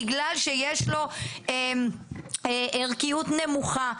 בגלל שיש לו ערכיות נמוכה.